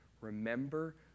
Remember